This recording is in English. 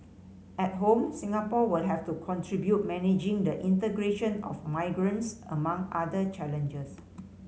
at home Singapore will have to contribute managing the integration of immigrants among other challenges